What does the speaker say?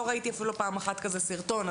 ולא ראיתי אפילו פעם אחת כזה סרטון.